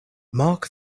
mark